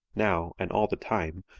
now and all the time,